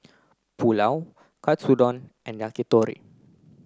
Pulao Katsudon and Yakitori